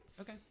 Okay